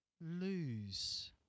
lose